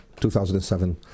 2007